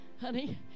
Honey